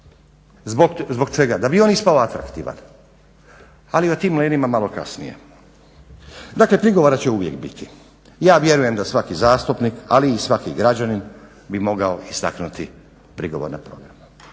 Zbog čega, da bi on ispao atraktivan. Ali o tim … malo kasnije. Dakle prigovora će uvijek biti, ja vjerujem da svaki zastupnik, ali i svaki građanin bi mogao istaknuti prigovor na program.